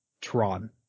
Tron